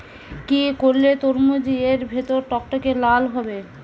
কি করলে তরমুজ এর ভেতর টকটকে লাল হবে?